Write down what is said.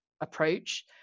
approach